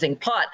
pot